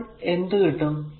അപ്പോൾ എന്ത് കിട്ടും